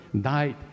died